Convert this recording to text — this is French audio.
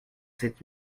sept